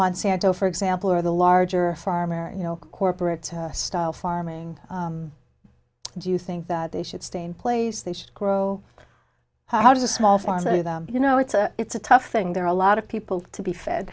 monsanto for example or the larger farmer in corporate style farming do you think that they should stay in place they should grow how does a small farmer you know it's a it's a tough thing there are a lot of people to be fed